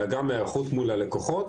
אלא גם היערכות מול הלקוחות.